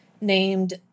named